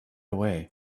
away